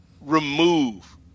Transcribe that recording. remove